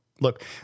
Look